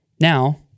Now